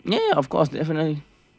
ya ya ya of course definitely